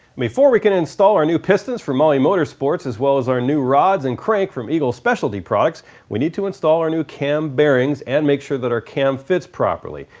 before we can install our new pistons from ah mahle motorsports as well as our new rods and crank from eagle speciality products we need to install our new cam bearings and make sure that our cam fits properly,